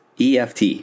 EFT